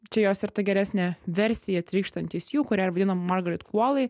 čia jos ir ta geresnė versija trykštantys jų kurią vadina margarit kuoly